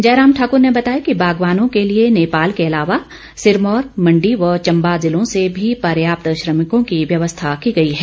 जयराम ठाकूर ने बताया कि बागवानों के लिए नेपाल के अलावा सिरमौर मंडी व चंबा जिलों से भी पर्याप्त श्रमिकों की व्यवस्था की गई है